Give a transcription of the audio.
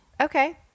Okay